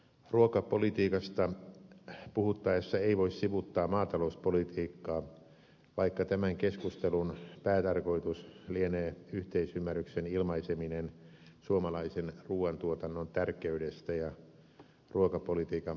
ruokapolitiikasta puhuttaessa ei voi sivuuttaa maatalouspolitiikkaa vaikka tämän keskustelun päätarkoitus lienee yhteisymmärryksen ilmaiseminen suomalaisen ruuantuotannon tärkeydestä ja ruokapolitiikan päälinjoista